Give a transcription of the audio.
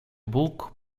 bóg